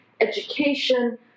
education